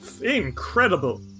incredible